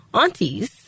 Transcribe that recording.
aunties